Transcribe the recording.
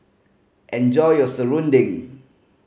enjoy your serunding